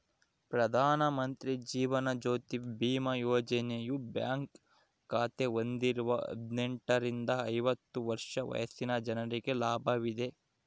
ಪ್ರಧಾನ ಮಂತ್ರಿ ಜೀವನ ಜ್ಯೋತಿ ಬಿಮಾ ಯೋಜನೆಯು ಬ್ಯಾಂಕ್ ಖಾತೆ ಹೊಂದಿರುವ ಹದಿನೆಂಟುರಿಂದ ಐವತ್ತು ವರ್ಷ ವಯಸ್ಸಿನ ಜನರಿಗೆ ಲಭ್ಯವಿದೆ